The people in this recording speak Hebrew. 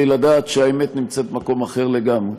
לדעת שהאמת נמצאת במקום אחר לגמרי.